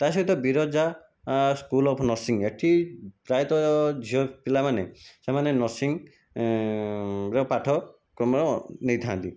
ତା ସହିତ Biraja school of nursing ଏଠି ପ୍ରାୟତଃ ଝିଅ ପିଲାମାନେ ସେମାନେ ନର୍ସିଂ ର ପାଠ୍ୟକ୍ରମେୟ ନେଇଥାନ୍ତି